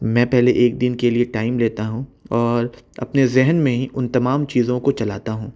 میں پہلے ایک دن کے لئے ٹایم لیتا ہوں اور اپنے ذہن میں ہی ان تمام چیزون کو چلاتا ہوں